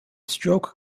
stroke